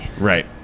Right